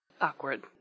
Awkward